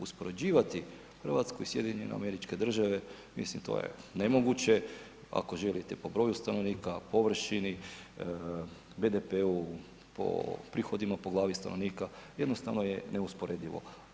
Uspoređivati Hrvatsku i SAD mislim to je nemoguće, ako želite po broju stanovnika, površini, BDP-u, po prihodima po glavi stanovnika jednostavno je neusporedivo.